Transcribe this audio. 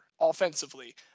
offensively